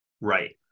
Right